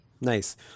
Nice